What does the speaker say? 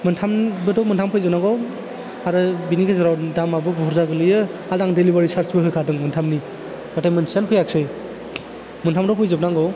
मोन्थामबोथ' मोनथाम फैजोबनांगौ आरो बिनि गेजेराव दामाबो बुरजा गोलैयो आर आं डिलिभारि सार्चबो होखादों मोन्थामनि नाथाय मोनसेयानो फैयाखसै मोन्थामबोथ' फैजोबनांगौ